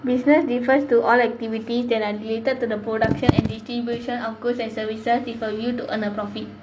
business refers to all activities that are related to the production and distribution of goods and services to for you to earn a profit